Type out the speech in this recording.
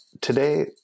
Today